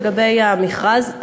לגבי המכרז,